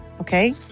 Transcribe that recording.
okay